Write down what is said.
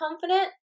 confident